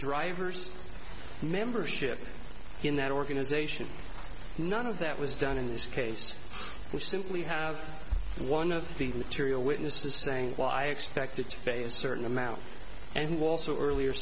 driver's membership in that organization none of that was done in this case you simply have one of the material witnesses saying why expected to face a certain amount and who also earlier